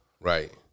Right